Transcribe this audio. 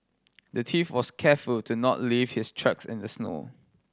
the thief was careful to not leave his tracks in the snow